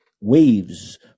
waves